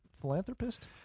philanthropist